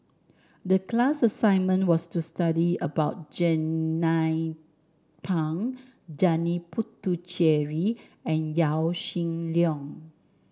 the class assignment was to study about Jernnine Pang Janil Puthucheary and Yaw Shin Leong